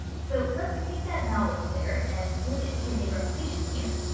so let's take that knowledge there and look at dna replication here.